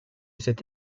cet